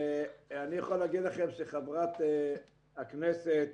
אני יכול להגיד לכם שחברת הכנסת